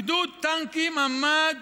גדוד טנקים עמד